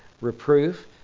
reproof